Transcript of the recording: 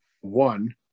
one